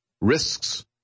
Risks